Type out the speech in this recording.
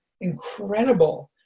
incredible